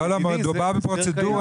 לא, מדובר על פרוצדורה.